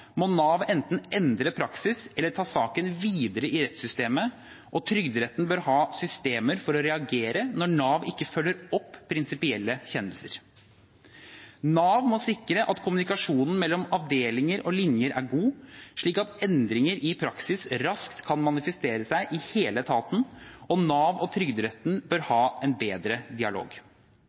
må Nav enten endre praksis eller ta saken videre i rettssystemet, og Trygderetten bør ha systemer for å reagere når Nav ikke følger opp prinsipielle kjennelser. Nav må sikre at kommunikasjonen mellom avdelinger og linjer er god, slik at endringer i praksis raskt kan manifestere seg i hele etaten, og Nav og Trygderetten bør ha en bedre dialog.